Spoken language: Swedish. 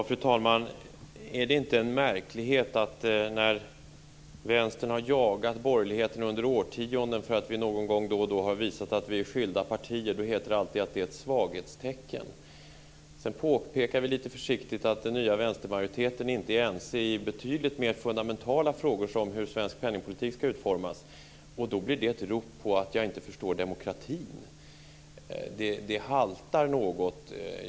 Fru talman! Är det inte märkligt att när vänstern har jagat borgerligheten under årtionden för att vi någon gång då och då har visat att vi är skilda partier heter det alltid att det är ett svaghetstecken. Sedan påpekar vi lite försiktigt att den nya vänstermajoriteten inte är ense i betydligt mer fundamentala frågor som hur svensk penningpolitik ska utformas. Och då blir det ett rop på att jag inte förstår demokratin. Det haltar något.